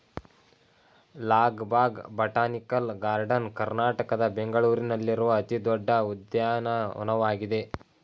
Lal Bagh botanical garden ಕರ್ನಾಟಕದ ಬೆಂಗಳೂರಿನಲ್ಲಿರುವ ಅತಿ ದೊಡ್ಡ ಉದ್ಯಾನವನವಾಗಿದೆ